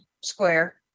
square